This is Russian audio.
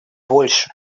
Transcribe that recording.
больше